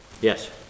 Yes